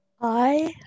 Hi